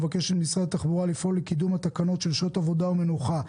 ומבקשת ממשרד התחבורה לפעול לקידום התקנות של שעות עבודה ומנוחה,